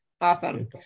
Awesome